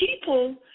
people